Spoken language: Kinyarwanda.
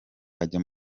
ajya